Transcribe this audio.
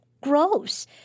gross